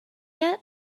yet